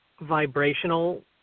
vibrational